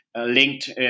linked